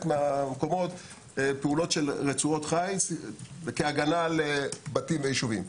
מהמקומות פעולות של רצועות חיץ כהגנה על בתים ויישובים.